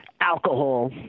alcohol